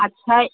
आ छै